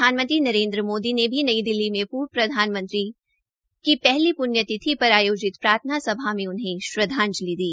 प्रधानमंत्री नरेन्द्र मोदी ने भी नई दि ल्ली में पूर्व प्रधानमंत्री की पहली पृण्य तिथि पर आयोति प्रार्थना सभा में उन्हें श्रदवाजंलि दी